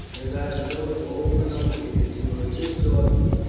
as i have told you over and over again, you are a good swordsman,